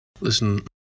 Listen